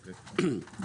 אוקיי.